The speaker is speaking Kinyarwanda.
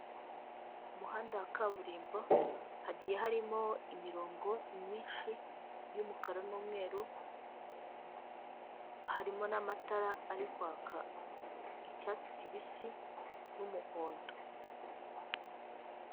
Umuhanda wa kaburimbo hagiye harimo imirongo myinshi y'umukara n'umweru, harimo n'amatara ari kwaka icyatsi kibisi n'umuhondo.